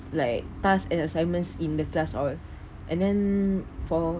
like tasks and assignments in the class all and then for